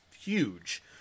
huge